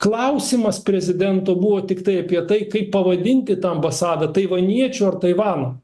klausimas prezidento buvo tiktai apie tai kaip pavadinti tą ambasadą taivaniečių ar taivano